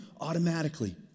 automatically